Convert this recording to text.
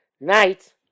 night